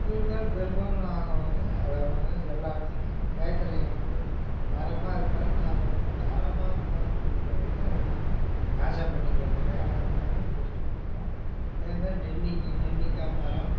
இருந்தாலும் பெரும்பாலும் நாங்கள் வந்து அது வந்து எல்லாத்துக்கு கேட்குறவைங்களுக்கு மரமாக இருந்தாலும் நாங்கள் வந்து தானமாக அதை கொடுக்குறோம் ஒழிய அதை வந்து காஸாக பண்ணிக்கிறதில்லை யார் வந்தாலும் பறித்து கொடுப்போம் அதே மாதிரி நெல்லிக்கி நெல்லிக்காய் மரம்